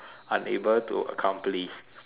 unable to accomplish